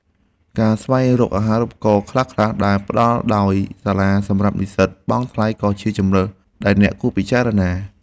ការស្វែងរកអាហារូបករណ៍ខ្លះៗដែលផ្តល់ដោយសាលាសម្រាប់និស្សិតបង់ថ្លៃក៏ជាជម្រើសដែលអ្នកគួរពិចារណា។